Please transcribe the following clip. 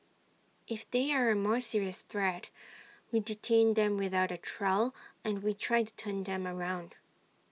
if they are A more serious threat we detain them without trial and we try and turn them around